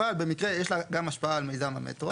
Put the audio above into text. אבל במקרה יש לה גם השפעה על מיזם המטרו.